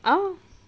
oh